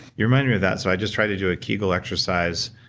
you reminded me of that, so i just tried to do a kegel exercise,